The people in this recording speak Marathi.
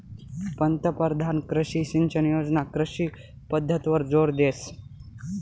पंतपरधान कृषी सिंचन योजना कृषी पद्धतवर जोर देस